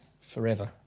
forever